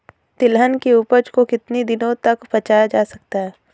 तिलहन की उपज को कितनी दिनों तक बचाया जा सकता है?